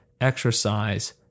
exercise